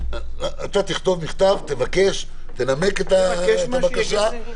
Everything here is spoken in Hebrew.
תכתוב מכתב, תבקש, תנמק את הבקשה.